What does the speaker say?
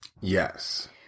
Yes